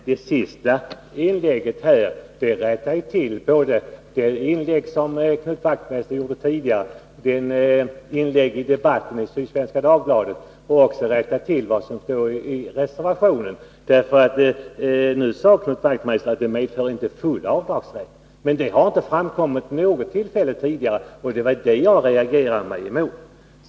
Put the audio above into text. Fru talman! Den senaste repliken rättar till det Knut Wachtmeister sade i sitt tidigare anförande, det som framfördes i inlägget i debatten i Sydsvenska Dagbladet och vad som står i reservationen. Nu sade nämligen Knut Wachtmeister att det inte medför full avdragsrätt. Det har inte framkommit vid något tidigare tillfälle, och det var det som jag reagerade mot.